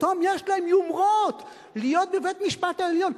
פתאום יש להם יומרות להיות בבית-המשפט העליון.